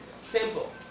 Simple